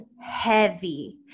heavy